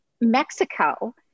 Mexico